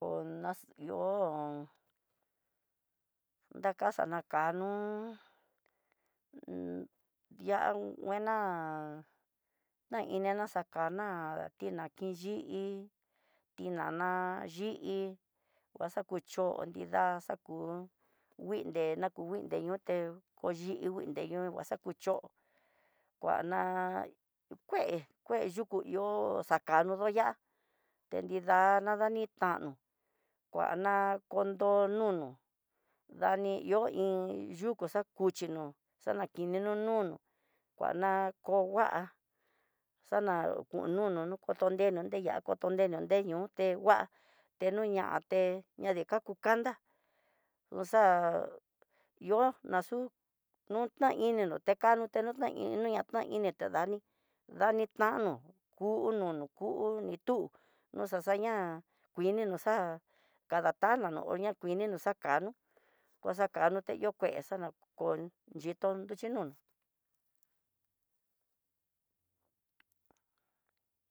Ko nax ihó dakaxa na kanu di'á nguana nakanina xakana ha nakin yii tiana yi'í, nguakuchi nrida xaku, nguide na ko nguinde ñoté koyingui neyu naxakuchó kuana kué kué yuku ihó xakano yi'á tena kuada nitano konyo'o nono dani ihó iin, yuku xakuchinó, xanakininó nunu kuana ko ngua xana nu nunu nakoto ndemo nreya kondemo nruñu, te ngua teñonate dekaku kanda, uxa ihó naxu no na inino tekano te notaino ña di ña ta etedani, dani tanó kuuno kunitu xaxa xaña kuini no xa'á kadatanono hó ña kuini no xa kano kuaxakano teyo téxo xanakon xhitón xhinon.